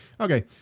Okay